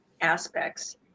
aspects